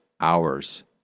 hours